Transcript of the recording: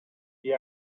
gli